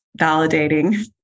validating